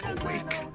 awake